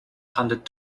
hundred